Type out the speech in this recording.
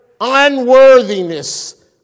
unworthiness